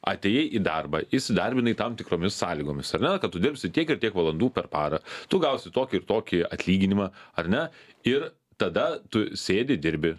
atėjai į darbą įsidarbinai tam tikromis sąlygomis ar ne tu dirbsi tiek ir tiek valandų per parą tu gausi tokį ir tokį atlyginimą ar ne ir tada tu sėdi dirbi